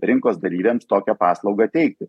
rinkos dalyviams tokią paslaugą teikti